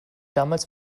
damals